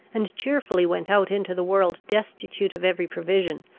and cheerfully went out into the world destitute of every provision,